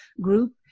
group